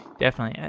definitely.